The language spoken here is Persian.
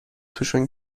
توشون